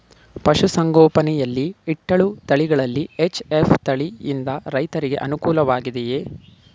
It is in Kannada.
ಪಶು ಸಂಗೋಪನೆ ಯಲ್ಲಿ ಇಟ್ಟಳು ತಳಿಗಳಲ್ಲಿ ಎಚ್.ಎಫ್ ತಳಿ ಯಿಂದ ರೈತರಿಗೆ ಅನುಕೂಲ ವಾಗಿದೆಯೇ?